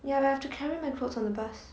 ya but I have to carry my clothes on the bus